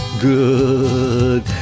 good